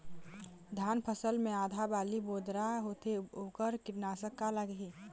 धान फसल मे आधा बाली बोदरा होथे वोकर कीटनाशक का लागिही?